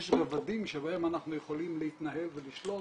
רבדים בהם אנחנו יכולים להתנהל ולשלוט